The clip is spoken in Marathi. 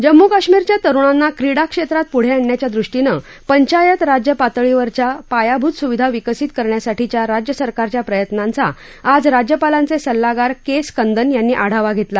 जम्मू काश्मीरच्या तरुणांना क्रीडाक्षस्ति पुढ्रिगण्याच्या दृष्टीनप्रिवायत राज्यपातळीवरच्या पायाभूत सुविधा विकसित करण्यासाठीच्या राज्यसरकारच्या प्रयत्नांचा आज राज्यपालांचसिल्लागार क स्कंदन यांनी आढावा घरिमा